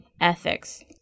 ethics